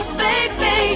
baby